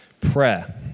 prayer